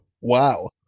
Wow